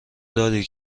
داری